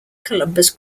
columbus